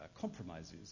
compromises